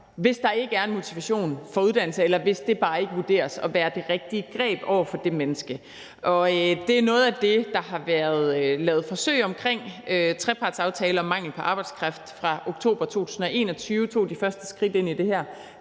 hvis der ikke er en motivation for uddannelse, eller hvis det bare ikke vurderes at være det rigtige greb over for det menneske. Det er noget af det, der har været lavet forsøg omkring; trepartsaftalen om mangel på arbejdskraft fra oktober 2021 tog de første skridt ind i det her,